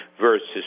versus